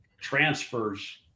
transfers